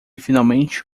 finalmente